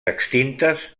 extintes